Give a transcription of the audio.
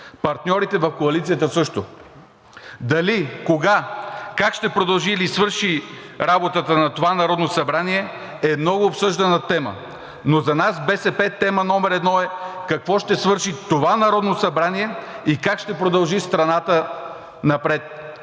партньорите в коалицията – също. Дали, кога, как ще продължи или свърши работата на това Народно събрани, е много обсъждана тема, но за нас в БСП тема номер едно е какво ще свърши това Народно събрание и как ще продължи страната напред